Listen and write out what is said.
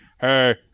Hey